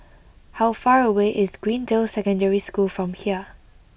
how far away is Greendale Secondary School from here